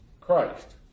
Christ